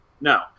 No